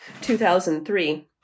2003